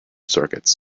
circuits